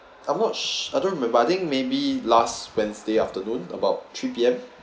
I'm not sur~ I don't remember I think maybe last wednesday afternoon about three P_M